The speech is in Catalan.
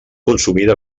consumida